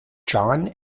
john